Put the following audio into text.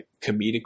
comedic